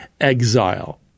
exile